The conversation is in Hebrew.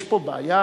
יש פה בעיה.